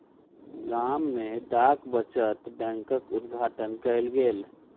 गाम में डाक बचत बैंकक उद्घाटन कयल गेल